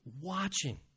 watching